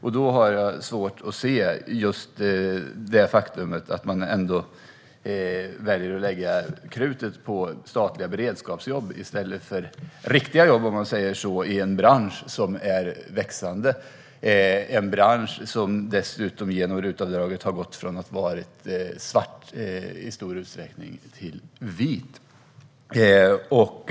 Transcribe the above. Jag har därför svårt att förstå varför man väljer att lägga krutet på statliga beredskapsjobb i stället för på riktiga jobb i en växande bransch. Denna bransch har med hjälp av RUT-avdraget gått från att i stor utsträckning vara svart till att vara vit.